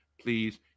please